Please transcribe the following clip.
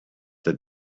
that